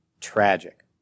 Tragic